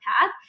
path